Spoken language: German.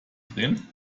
drehen